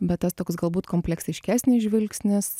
bet tas toks galbūt kompleksiškesnis žvilgsnis